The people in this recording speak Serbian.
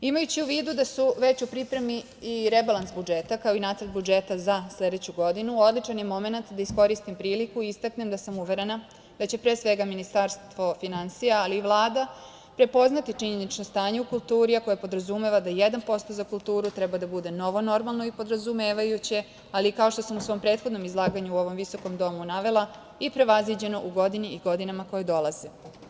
Imajući u vidu da su već u pripremi i rebalans budžeta, kao i nacrt budžeta za sledeću godinu, odličan je momenat da iskoristim priliku i istaknem da sam uverena da će pre svega Ministarstvo finansija, ali i Vlada prepoznati činjenično stanje u kulturi, a koje podrazumeva da 1% za kulturu treba da bude novo normalno i podrazumevajuće, ali kao što sam u svom prethodnom izlaganju u ovom visokom domu navela i prevaziđeno u godini i godinama koje dolaze.